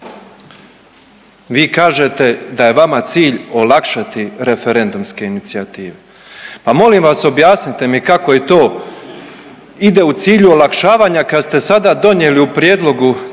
Vi kažete da je vama cilj olakšati referendumske inicijative, a molim vas objasniti mi kako i to ide u cilju olakšavanja kad ste sada donijeli u prijedlogu